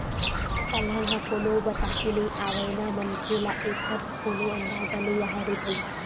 अलहन ह कोनो बताके नइ आवय न मनखे ल एखर कोनो अंदाजा नइ राहय रे भई